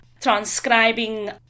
transcribing